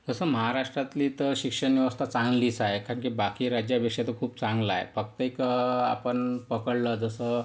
तसं महाराष्ट्रातली तर शिक्षणव्यवस्था चांगलीच आहे कारण की बाकी राज्यापेक्षा तर खूप चांगलं आहे फक्त एक आपण पकडलं जसं